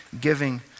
giving